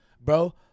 bro